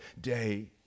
day